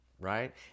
right